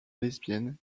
lesbiennes